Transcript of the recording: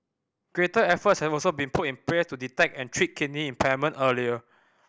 greater efforts have also been put in place to detect and treat kidney impairment earlier